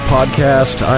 Podcast